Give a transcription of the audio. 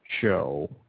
show